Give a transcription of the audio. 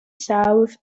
south